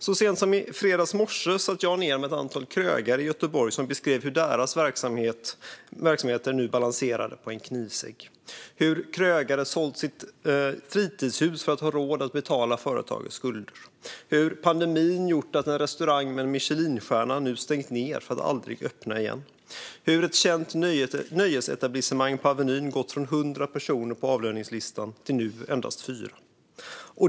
Så sent som i fredags morse satt jag med ett antal krögare i Göteborg som beskrev hur deras verksamheter nu balanserade på en knivsegg, hur krögare sålt sitt fritidshus för att ha råd att betala företagets skulder, hur pandemin gjort att en restaurang med en Michelinstjärna nu stängt ned för att aldrig öppna igen och hur ett känt nöjesetablissemang på Avenyn gått från 100 personer på avlöningslistan till nu endast 4.